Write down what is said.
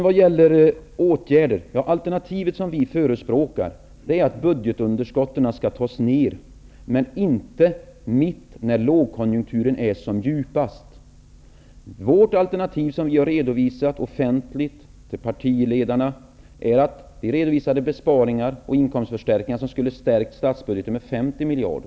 Vad gäller åtgärder är det alternativ som vi förespråkar att budgetunderskottet skall tas ned, men inte när lågkonjunkturen är som djupast. Vårt alternativ, som vi har redovisat offentligt för partiledarna, innehåller besparingar och inkomstförstärkningar som skulle ha stärkt statsbudgeten med 50 miljarder.